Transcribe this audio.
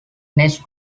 next